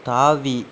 தாவி